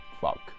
fuck